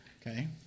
Okay